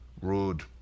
rude